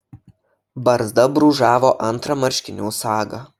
barzda brūžavo antrą marškinių sagą